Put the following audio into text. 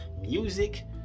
music